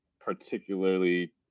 particularly